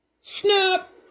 Snap